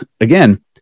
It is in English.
again